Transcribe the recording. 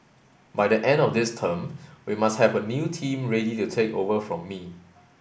by the end of this term we must have a new team ready to take over from me